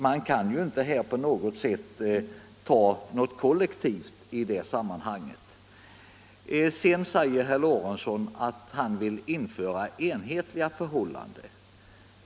Det går a på något sätt att räkna kollektivt i det här sammanhanget. Herr Lorentzon säger att han vill införa enhetliga förhållanden.